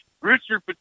Richard